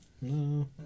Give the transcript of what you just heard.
No